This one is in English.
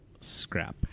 scrap